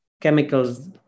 chemicals